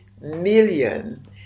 million